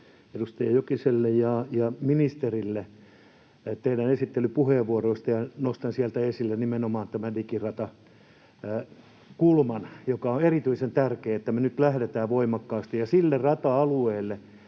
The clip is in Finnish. edustaja Jokiselle ja ministerille teidän esittelypuheenvuoroistanne. Nostan sieltä esille nimenomaan tämän Digirata-kulman. On erityisen tärkeää, että me nyt lähdetään siihen voimakkaasti sillä rata-alueella,